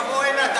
תבוא הנה,